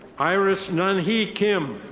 iris nun-hee kim.